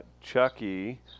chucky